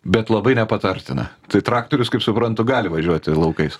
bet labai nepatartina tai traktorius kaip suprantu gali važiuoti laukais